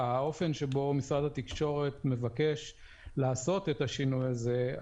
האופן שבו משרד התקשורת מבקש לעשות את השינוי הזה.